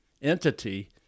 entity